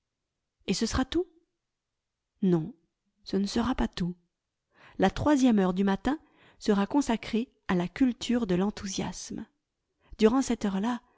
et ce sera tout non ce ne sera pas tout la troisième heure du matin sera consacrée à la culture de l'enthousiasme durant cette heure-là